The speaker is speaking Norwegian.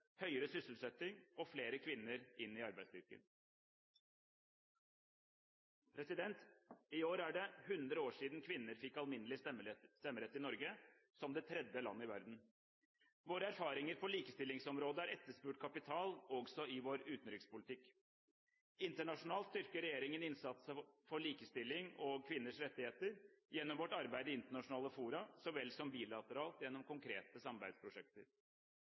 høyere sysselsetting og flere kvinner inn i arbeidsstyrken. I år er det 100 år siden kvinner fikk alminnelig stemmerett i Norge, som det tredje land i verden. Våre erfaringer på likestillingsområdet er etterspurt kapital, også i vår utenrikspolitikk. Internasjonalt styrker regjeringen innsatsen for likestilling og kvinners rettigheter gjennom vårt arbeid i internasjonale fora så vel som bilateralt gjennom konkrete samarbeidsprosjekter.